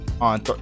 On